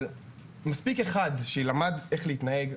אבל מספיק אחד שלמד איך להתנהג.